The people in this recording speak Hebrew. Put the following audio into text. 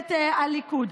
ממשלת הליכוד.